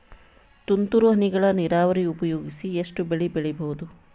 ತುಂತುರು ಹನಿಗಳ ನೀರಾವರಿ ಉಪಯೋಗಿಸಿ ಎಷ್ಟು ಬೆಳಿ ಬೆಳಿಬಹುದು?